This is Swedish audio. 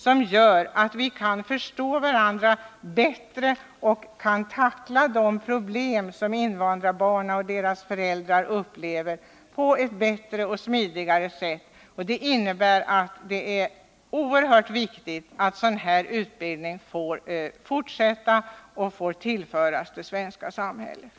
Den gör att vi kan förstå varandra bättre och på ett smidigare sätt tackla de problem som invandrarbarnen och deras föräldrar upplever. Det är därför oerhört viktigt att sådan här utbildning får fortsätta och tillföras det svenska samhället.